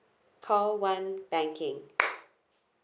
call one banking